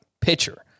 pitcher